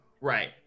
Right